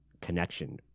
connection